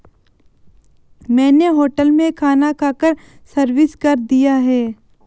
मैंने होटल में खाना खाकर सर्विस कर दिया है